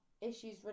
issues